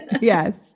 Yes